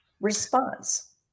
response